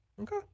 Okay